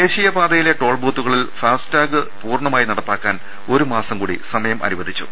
ദേശീയപാതയിലെ ടോൾബൂത്തുകളിൽ ഫാസ്ടാഗ് പൂർണമായി നട പ്പാക്കാൻ ഒരുമാസംകൂടി സമയം അനുവദിച്ചു